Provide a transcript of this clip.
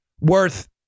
worth